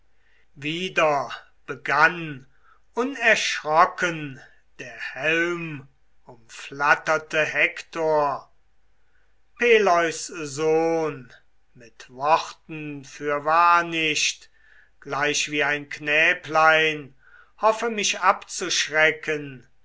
wieder begann unerschrocken der helmumflatterte hektor peleus sohn mit worten fürwahr nicht gleich wie ein knäblein hoffe mich abzuschrecken